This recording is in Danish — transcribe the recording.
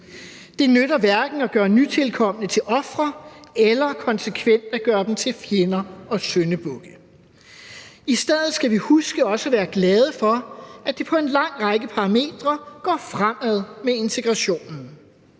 Det nytter hverken at gøre nytilkomne til ofre eller konsekvent at gøre dem til fjender og syndebukke. I stedet skal vi huske også at være glade for, at det på en lang række parametre går fremad med integrationen: